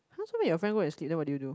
so your friend work as steward what do you do